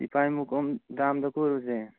ꯇꯤꯄꯥꯏꯃꯨꯛ ꯗꯥꯝꯗ ꯀꯣꯏꯔꯨꯁꯦ